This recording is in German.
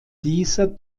dieser